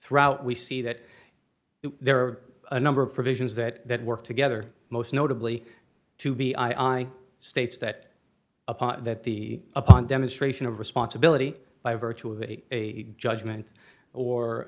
throughout we see that there are a number of provisions that work together most notably to be i states that upon that the upon demonstration of responsibility by virtue of a judgment